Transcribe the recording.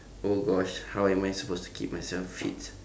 oh gosh how am I supposed to keep myself fit